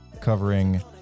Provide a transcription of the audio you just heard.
covering